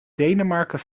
denemarken